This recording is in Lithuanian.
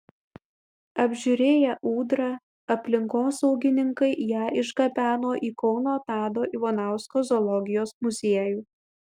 apžiūrėję ūdrą aplinkosaugininkai ją išgabeno į kauno tado ivanausko zoologijos muziejų